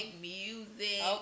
music